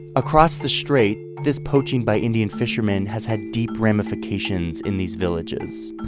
across the strait, this poaching by indian fishermen has had deep ramifications in these villages.